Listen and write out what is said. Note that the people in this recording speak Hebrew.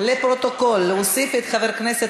חברי כנסת